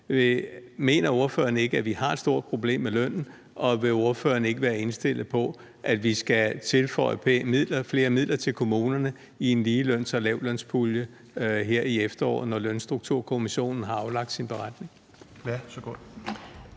Mener ordføreren ikke, at vi har et stort problem med lønnen? Og vil ordføreren ikke være indstillet på, at vi skal tilføre flere midler til kommunerne i en ligeløns- og lavtlønspulje her i efteråret, når Lønstrukturkomitéen har aflagt sin beretning?